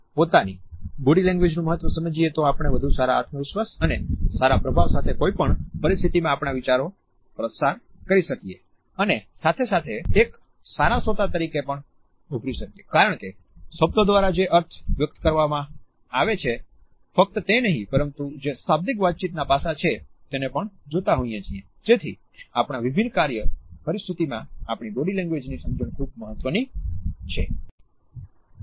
આપણે આપણી પોતાની બોડી લેંગ્વેજ નું મહત્વ સમજીએ તો આપણે વધુ સારા આત્મવિશ્વાસ અને સારા પ્રભાવ સાથે કોઈપણ પરિસ્થિતિમાં આપણા વિચારો પસાર કરી જેથી આપણા વિભિન્ન કાર્ય પરિસ્થિતિમાં આપણી બોડી લેંગ્વેજની સમજણ ખૂબ જ મહત્વપૂર્ણ છે